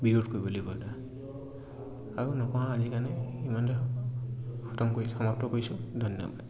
বিৰোধ কৰিব লাগিব সমাপ্ত কৰিছোঁ ধন্যবাদ